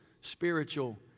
spiritual